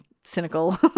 cynical